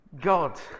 God